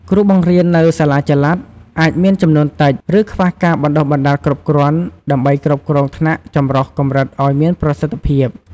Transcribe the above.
គ្រូបង្រៀននៅសាលាចល័តអាចមានចំនួនតិច ឬខ្វះការបណ្ដុះបណ្ដាលគ្រប់គ្រាន់ ដើម្បីគ្រប់គ្រងថ្នាក់ចម្រុះកម្រិតអោយមានប្រសិទ្ធភាព។